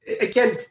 Again